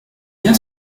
bien